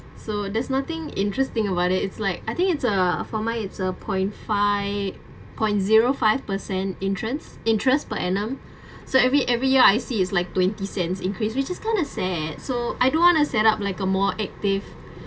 so there's nothing interesting about it it's like I think it's a for my it's a point five point zero five per cent interest interest per annum so every every year I see it's like twenty cents increase which is kind of sad so I don't want to set up like a more active